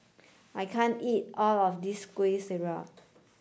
I can't eat all of this Kueh Syara